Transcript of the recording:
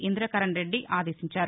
ఇందకరణ్ రెడ్డి ఆదేశించారు